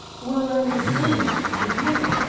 well, i'm astonished to hear it,